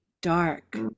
dark